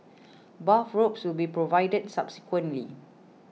bathrobes should be provided subsequently